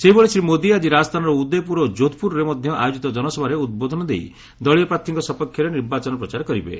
ସେହିଭଳି ଶ୍ରୀ ମୋଦି ଆଜି ରାଜସ୍ଥାନର ଉଦୟପ୍ରର ଓ ଯୋଧ୍ପ୍ରଠାରେ ମଧ୍ୟ ଆୟୋଜିତ ଜନସଭାରେ ଉଦ୍ବୋଧନ ଦେଇ ଦଳୀୟ ପ୍ରାର୍ଥୀଙ୍କ ସପକ୍ଷରେ ନିର୍ବାଚନ ପ୍ରଚାର କରିବେ